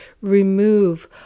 remove